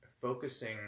focusing